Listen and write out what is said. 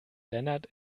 lennart